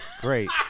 Great